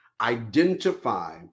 identify